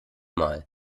mal